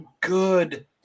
good